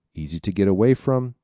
easy to get away from,